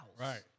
Right